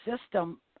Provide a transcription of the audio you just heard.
system